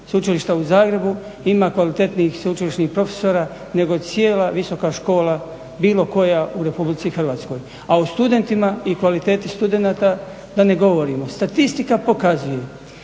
sveučilišta u Zagrebu ima kvalitetnijih profesora nego cijela visoka škola bilo koja u RH. A o studentima i o kvaliteti studenata da ne govorimo. Statistika pokazuje